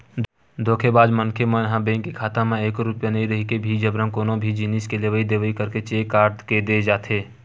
धोखेबाज मनखे मन ह बेंक के खाता म एको रूपिया नइ रहिके भी जबरन कोनो भी जिनिस के लेवई देवई करके चेक काट के दे जाथे